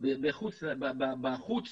בחוץ